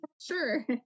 sure